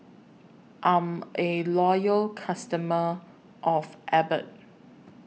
I'm A Loyal customer of Abbott